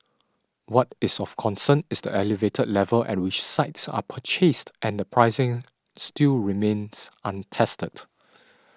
what is of concern is the elevated level at which sites are purchased and the pricing still remains untested